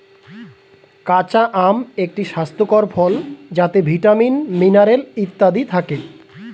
কাঁচা আম একটি স্বাস্থ্যকর ফল যাতে ভিটামিন, মিনারেল ইত্যাদি থাকে